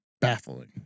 baffling